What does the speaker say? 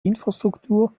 infrastruktur